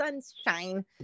sunshine